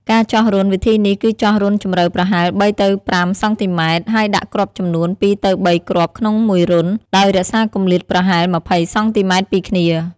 ការចោះរន្ធ វិធីនេះគឺចោះរន្ធជម្រៅប្រហែល ៣ទៅ៥ សង់ទីម៉ែត្រ ហើយដាក់គ្រាប់ចំនួន ២ទៅ៣ គ្រាប់ក្នុងមួយរន្ធ ដោយរក្សាគម្លាតប្រហែល ២០ សង់ទីម៉ែត្រពីគ្នា។